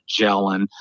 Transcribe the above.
gelling